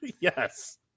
Yes